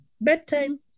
bedtime